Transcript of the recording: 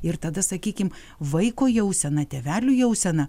ir tada sakykim vaiko jausena tėvelių jausena